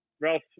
Ralph